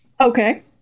Okay